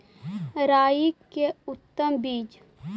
राई के उतम बिज?